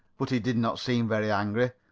but he did not seem very angry.